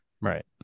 Right